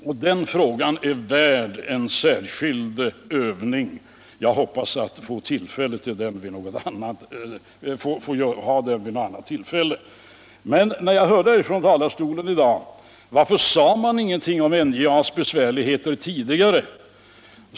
och den frågan är värd en särskild övning. Jag hoppas att få ha den vid något annat tillfälle. Men jag hörde att man från talarstolen frågade. varför det inte sades någonting om NJA:s besvärligheter tidigare.